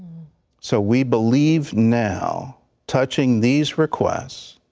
so we believe now touching these requests.